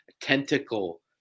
tentacle